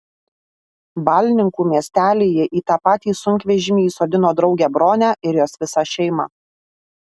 balninkų miestelyje į tą patį sunkvežimį įsodino draugę bronę ir jos visą šeimą